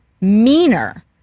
meaner